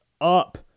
up